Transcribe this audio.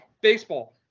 Baseball